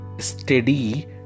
Steady